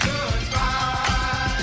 Goodbye